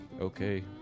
okay